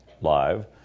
live